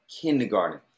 kindergarten